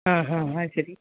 ആ ഹാ അത് ശരി